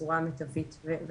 בצרפתית וכו',